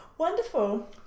wonderful